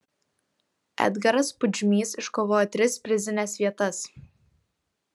edgaras pudžmys iškovojo tris prizines vietas